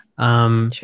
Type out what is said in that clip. Sure